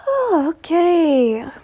Okay